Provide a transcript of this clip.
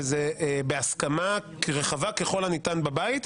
וזה בהסכמה רחבה ככל הניתן בבית.